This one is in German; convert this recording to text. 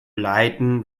leiden